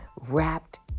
Wrapped